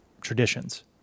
traditions